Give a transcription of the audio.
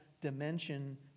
dimension